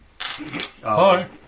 Hi